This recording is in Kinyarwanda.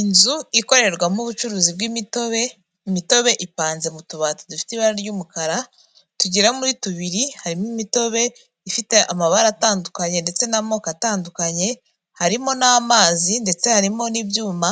Inzu ikorerwamo ubucuruzi bw'imitobe, imitobe ipanze mu tubati dufite ibara ry'umukara, tugera muri tubiri, harimo imitobe ifite amabara atandukanye ndetse n'amoko atandukanye, harimo n'amazi ndetse harimo n'ibyuma